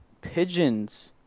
pigeons